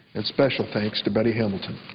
and special thanks to betty hamilton.